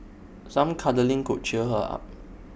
some cuddling could cheer her up